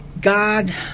God